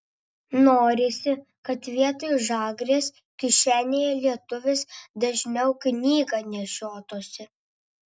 norisi kad vietoj žagrės kišenėje lietuvis dažniau knygą nešiotųsi